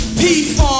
people